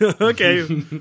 Okay